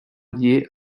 lié